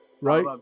right